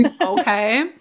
Okay